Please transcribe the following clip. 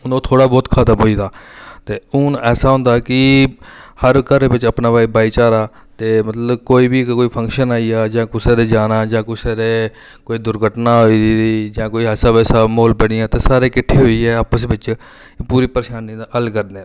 हून ओह् थोह्ड़ा बहुत खत्म होई दा ते हून ऐसा होंदा कि हर घरै बिच अपना बई भाईचारा ते मतलब कोई बी इक कोई फंक्शन आई जा जां कुसै दे जाना जां कुसै दे कोई दुर्घटना होई दी जां कोई ऐसा वैसा म्हौल बनी जंदा तां सारे किट्ठे होइयै आपस बिच पूरी परेशानी दा हल्ल करदे न